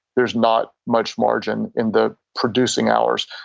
there's not much margin in the producing hours.